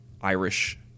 Irish